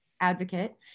advocate